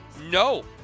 No